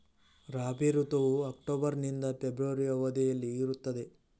ರಾಬಿ ಋತುವು ಅಕ್ಟೋಬರ್ ನಿಂದ ಫೆಬ್ರವರಿ ಅವಧಿಯಲ್ಲಿ ಇರುತ್ತದೆ